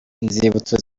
inzibutso